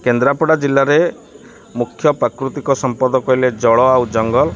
କେନ୍ଦ୍ରାପଡ଼ା ଜିଲ୍ଲାରେ ମୁଖ୍ୟ ପ୍ରାକୃତିକ ସମ୍ପଦ କହିଲେ ଜଳ ଆଉ ଜଙ୍ଗଲ